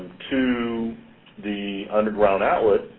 to the underground outlet,